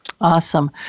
Awesome